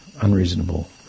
Unreasonable